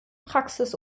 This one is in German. praxis